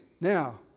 Now